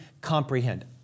comprehend